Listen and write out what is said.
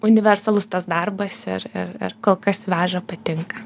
universalus tas darbas ir ir ir kol kas veža patinka